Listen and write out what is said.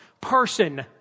person